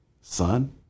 son